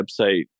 website